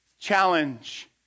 challenge